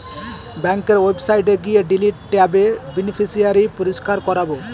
ব্যাঙ্কের ওয়েবসাইটে গিয়ে ডিলিট ট্যাবে বেনিফিশিয়ারি পরিষ্কার করাবো